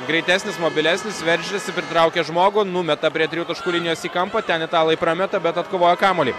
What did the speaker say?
greitesnis mobilesnis veržiasi pritraukia žmogų numeta prie trijų taškų linijos į kampą ten italai prameta bet atkovoja kamuolį